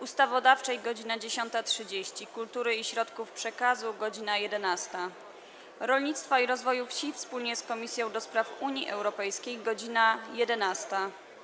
Ustawodawczej - godz. 10.30, - Kultury i Środków Przekazu - godz. 11, - Rolnictwa i Rozwoju Wsi wspólnie z Komisją do Spraw Unii Europejskiej - godz. 11,